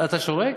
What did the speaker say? אתה שורק?